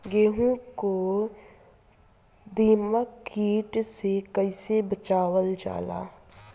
गेहूँ को दिमक किट से कइसे बचावल जाला?